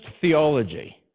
theology